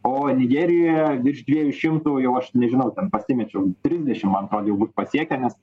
o nigerijoje virš dviejų šimtų jau aš nežinau ten pasimečiau trisdešim man atrodo jau bus pasiekę nes